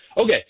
Okay